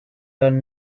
done